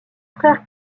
frère